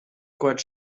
quite